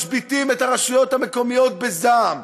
משביתים את הרשויות המקומיות בזעם?